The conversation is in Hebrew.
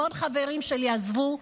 המון חברים שלי עזבו,